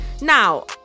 Now